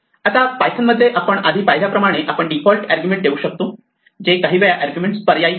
आता Python function मध्ये आपण आधी पाहिल्याप्रमाणे आपण डिफॉल्ट आर्ग्युमेंट देऊ शकतो जे काही वेळा आर्ग्युमेंट पर्यायी करते